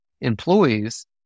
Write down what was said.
employees